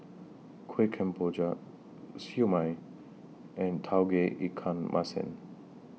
Kuih Kemboja Siew Mai and Tauge Ikan Masin